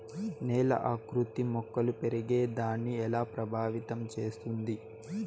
నేల ఆకృతి మొక్కలు పెరిగేదాన్ని ఎలా ప్రభావితం చేస్తుంది?